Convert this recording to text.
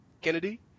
Kennedy